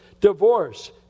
Divorce